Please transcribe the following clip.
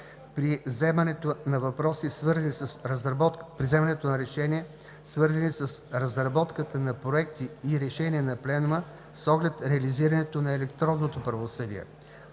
при вземането на решения, свързани с разработката на проекти и решения на Пленума с оглед реализирането на електронното правосъдие,